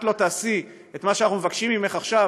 לא תעשי את מה שאנחנו מבקשים ממך עכשיו,